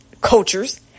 culture's